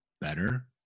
better